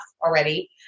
already